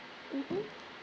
mmhmm